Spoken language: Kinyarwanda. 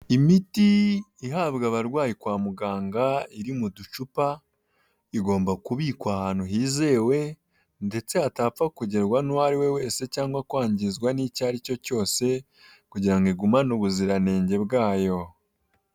Imiti ihabwa abarwayi kwa muganga iri mu ducupa igomba kubikwa ahantu hizewe ndetse hatapfa kugerwa n'uwo ari we wese cyangwa kwangizwa n'icyo ari cyo cyose kugira ngo igumane ubuziranenge bwayo.